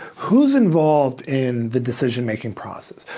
who's involved in the decision-making process?